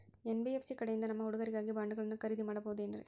NBFC ಕಡೆಯಿಂದ ನಮ್ಮ ಹುಡುಗರಿಗಾಗಿ ಬಾಂಡುಗಳನ್ನ ಖರೇದಿ ಮಾಡಬಹುದೇನ್ರಿ?